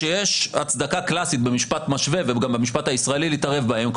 שיש הצדקה קלאסית במשפט משווה וגם במשפט הישראלי להתערב בהם,